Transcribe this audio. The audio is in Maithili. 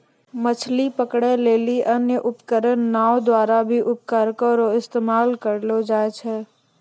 मछली पकड़ै लेली अन्य उपकरण नांव द्वारा भी उपकरण रो इस्तेमाल करलो जाय छै